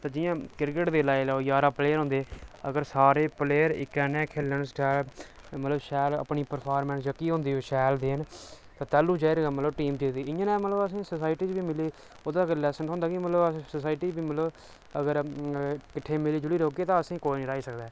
ते जियां क्रिकेट दी लाई लैओ जां जारां प्लेयर होंदे अगर सारे प्लेयर इक्कै नेहा खेलन शैल मतलब शैल अपनी परफार्मेंस जेह्की होंदी ओह् शैल देन ते तैल्लू जैहर गै मतलब टीम जित्तदी इ'यां ने मतलब असेंगी सोसाइटी च बी मिली ओह्दा इक लैसन थ्होंदा कि मतलब अस सोसाइटी च मतलब अगर कठ्ठे मिली जुलियै रौह्गे तां असेंगी कोई नेईं हराई सकदा ऐ